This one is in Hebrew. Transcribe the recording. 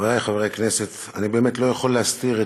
חברי חברי הכנסת, אני באמת לא יכול להסתיר,